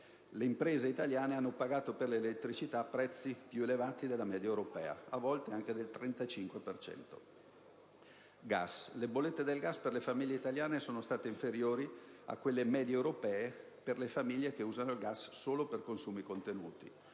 Le imprese italiane hanno pagato per l'elettricità prezzi più elevati della media europea, a volte anche del 35 per cento. Le bollette del gas per le famiglie italiane sono state inferiori a quelle medie europee per le famiglie che usano il gas solo per consumi contenuti.